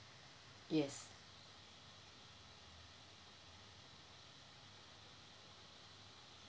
yes